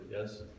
yes